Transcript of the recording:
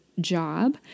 job